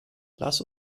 lass